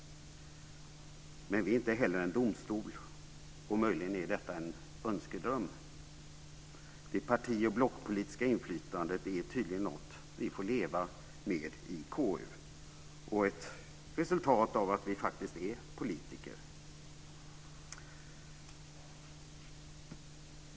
Men vi är inte heller en domstol. Möjligen är detta en önskedröm. Det parti och blockpolitiska inflytandet är tydligen något vi får leva med i KU, och ett resultat av att vi faktiskt är politiker.